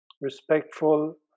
respectful